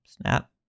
snap